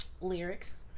lyrics